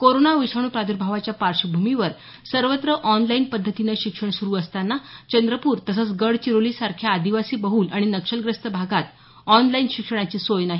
corona विषाणू प्राद्भावाच्या पार्श्वभूमीवर सर्वत्र ऑनलाईन पद्धतीने शिक्षण सुरू असताना चंद्रपूर तसंच गडचिरोली सारख्या आदिवासी बहुल आणि नक्षलग्रस्त भागात ऑनलाईन शिक्षणाची सोय नाही